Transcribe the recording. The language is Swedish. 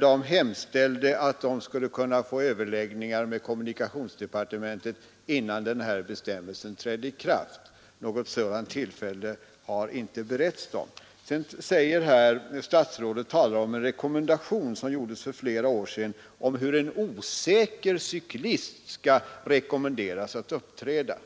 och hemställde där om att få överläggningar med kommunikationsdepartementet innan den här bestämmelsen trädde i kraft. Något sådant tillfälle har inte beretts Cykeloch mopedfrämjandet. Statsrådet talar här om en rekommendation som gjordes för flera år sedan om hur en osäker cyklist skall uppträda.